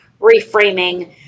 reframing